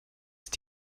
ist